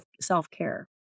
self-care